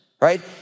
right